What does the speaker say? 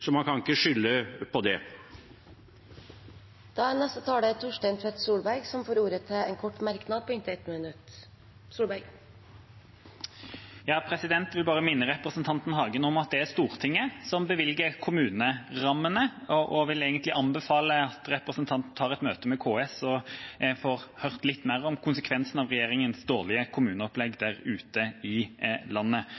så man kan ikke skylde på det. Torstein Tvedt Solberg har hatt ordet to ganger tidligere og får ordet til en kort merknad, begrenset til 1 minutt. Jeg vil bare minne representanten Hagen om at det er Stortinget som bevilger kommunerammene, og vil egentlig anbefale at representanten tar et møte med KS og får høre litt mer om konsekvensen av regjeringas dårlige kommuneopplegg